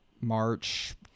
March